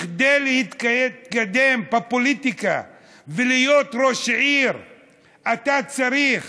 כדי להתקדם בפוליטיקה ולהיות ראש עיר אתה צריך